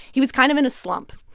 he was kind of in a slump.